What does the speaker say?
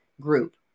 group